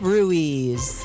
Ruiz